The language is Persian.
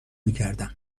میکردم